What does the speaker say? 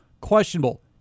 questionable